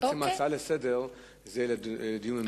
עצם ההצעה לסדר-היום זה דיון במליאה.